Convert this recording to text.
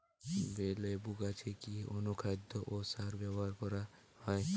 লেবু গাছে কি অনুখাদ্য ও সার ব্যবহার করা হয়?